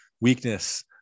weakness